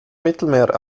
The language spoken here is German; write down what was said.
mittelmeer